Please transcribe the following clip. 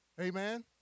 Amen